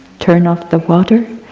turn off the water,